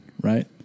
right